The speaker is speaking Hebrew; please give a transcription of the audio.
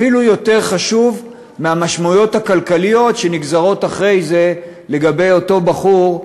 אפילו יותר חשוב מהמשמעויות הכלכליות שנגזרות אחרי זה לגבי אותו בחור,